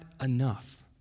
enough